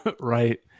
Right